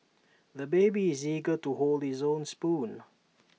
the baby is eager to hold his own spoon